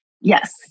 Yes